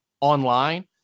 online